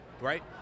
right